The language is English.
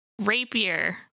rapier